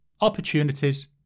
Opportunities